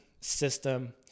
system